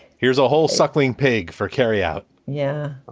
here's a whole suckling pig for carry out yeah. oh,